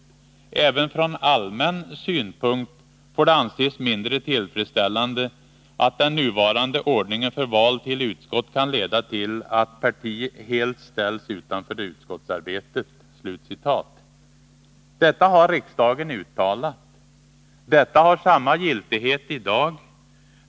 Även från allmän synpunkt får det anses mindre tillfredsställande att den nuvarande ordningen för val till utskott kan leda till att parti helt ställs utanför utskottsarbetet.” Detta har riksdagen uttalat. Detta har samma giltighet i dag.